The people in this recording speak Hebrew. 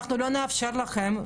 אנחנו לא נאפשר לכם,